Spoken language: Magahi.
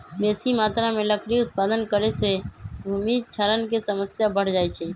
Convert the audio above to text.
बेशी मत्रा में लकड़ी उत्पादन करे से भूमि क्षरण के समस्या बढ़ जाइ छइ